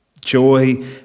Joy